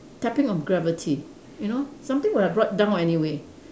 tapping on gravity you know something would have brought down anyway